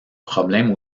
problèmes